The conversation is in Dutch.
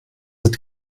het